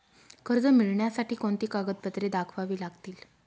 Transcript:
कर्ज मिळण्यासाठी कोणती कागदपत्रे दाखवावी लागतील?